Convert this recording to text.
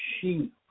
sheep